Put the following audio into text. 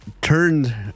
turned